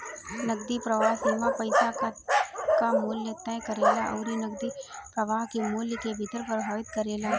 नगदी प्रवाह सीमा पईसा कअ मूल्य तय करेला अउरी नगदी प्रवाह के मूल्य के भी प्रभावित करेला